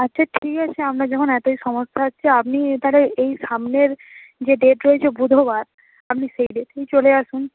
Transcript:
আচ্ছা ঠিক আছে আপনার যখন এতই সমস্যা হচ্ছে আপনি তাহলে এই সামনের যে ডেট রয়েছে বুধবার আপনি সেই ডেটেই চলে আসুন